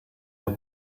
der